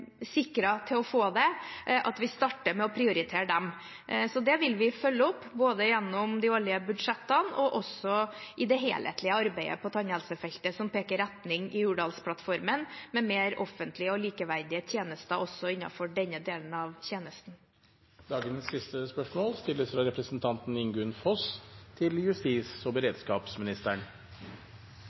til å få det. Så det vil vi følge opp, både gjennom de årlige budsjettene og i det helhetlige arbeidet på tannhelsefeltet som peker retning i Hurdalsplattformen, med mer offentlige og likeverdige tjenester også innenfor denne delen av tjenesten. Dette spørsmålet, fra representanten Hege Bae Nyholt til